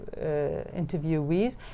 interviewees